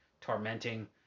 tormenting